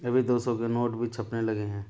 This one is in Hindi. अभी दो सौ के नोट भी छपने लगे हैं